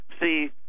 See